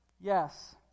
yes